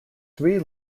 three